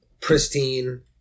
pristine